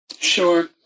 sure